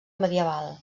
medieval